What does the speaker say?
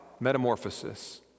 metamorphosis